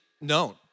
known